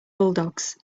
bulldogs